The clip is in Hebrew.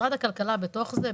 משרד הכלכלה בתוך זה,